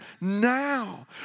now